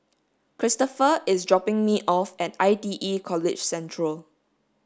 Christoper is dropping me off at I T E College Central